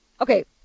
Okay